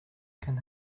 can